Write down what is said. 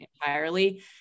entirely